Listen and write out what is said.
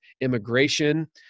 immigration